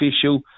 issue